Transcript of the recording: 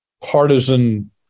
partisan